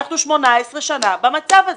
אנחנו 18 שנים במצב הזה.